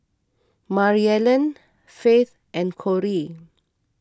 Maryellen Faith and Corey